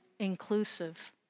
Inclusive